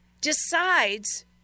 decides